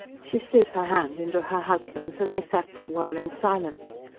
she slid her hand into her husband's and they sat for a while in silence.